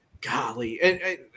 golly